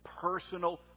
personal